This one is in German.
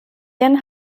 ihren